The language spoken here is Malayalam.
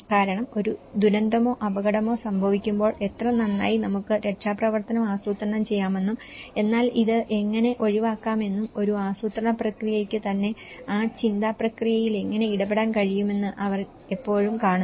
കാരണം ഒരു ദുരന്തമോ അപകടമോ സംഭവിക്കുമ്പോൾ എത്ര നന്നായി നമുക്ക് രക്ഷാപ്രവർത്തനം ആസൂത്രണം ചെയ്യാമെന്നും എന്നാൽ ഇത് എങ്ങനെ ഒഴിവാക്കാമെന്നും ഒരു ആസൂത്രണ പ്രക്രിയയ്ക്ക് തന്നെ ആ ചിന്താ പ്രക്രിയയിൽ എങ്ങനെ ഇടപെടാൻ കഴിയുമെന്ന് അവർ എപ്പോഴും കാണുന്നു